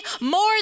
more